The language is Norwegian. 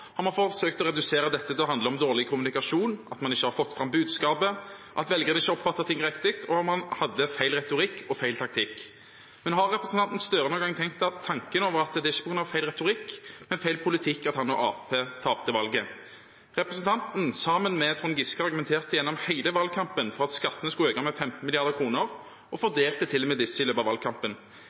har man forsøkt å redusere dette til å handle om dårlig kommunikasjon, at man ikke har fått fram budskapet, at velgerne ikke oppfattet ting riktig, og at man hadde feil retorikk og feil taktikk. Men har representanten Gahr Støre noen gang tenkt tanken at det ikke er på grunn av feil retorikk, men feil politikk at han og Arbeiderpartiet tapte valget? Sammen med Trond Giske argumenterte representanten Gahr Støre gjennom hele valgkampen for at skattene skulle øke med 15 mrd. kr, og de fordelte til og med disse i løpet av valgkampen.